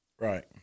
right